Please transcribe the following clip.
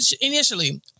initially